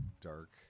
dark